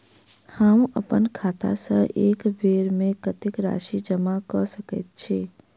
हम अप्पन खाता सँ एक बेर मे कत्तेक राशि जमा कऽ सकैत छी?